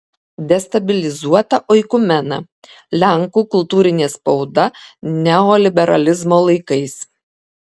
destabilizuota oikumena lenkų kultūrinė spauda neoliberalizmo laikais